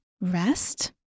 rest